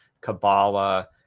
Kabbalah